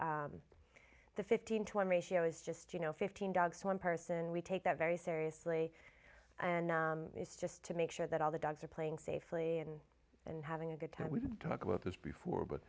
the fifteen to twenty ratio is just you know fifteen dogs one person we take that very seriously and it's just to make sure that all the dogs are playing safely and and having a good time we can talk about this before but